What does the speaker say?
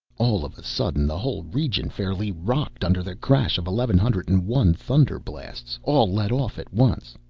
all of a sudden the whole region fairly rocked under the crash of eleven hundred and one thunder blasts, all let off at once,